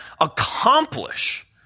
accomplish